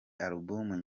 album